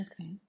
Okay